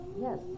Yes